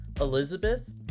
Elizabeth